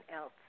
else